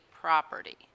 property